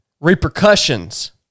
repercussions